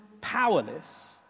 powerless